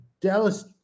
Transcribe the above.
Dallas